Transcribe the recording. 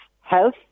health